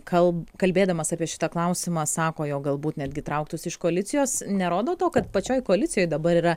kal kalbėdamas apie šitą klausimą sako jog galbūt netgi trauktųsi iš koalicijos nerodo to kad pačioj koalicijoj dabar yra